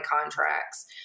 contracts